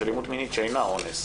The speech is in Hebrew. יש אלימות מינית שאינה אונס.